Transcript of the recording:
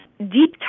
deep